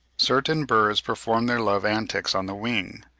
certain birds perform their love-antics on the wing,